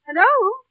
Hello